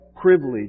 privilege